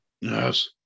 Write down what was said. Yes